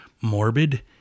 morbid